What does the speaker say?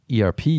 ERP